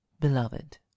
beloved